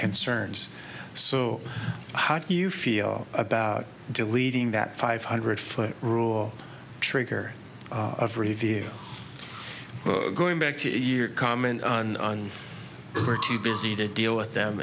concerns so how do you feel about deleting that five hundred foot rule trigger of review going back to your comment on we're too busy to deal with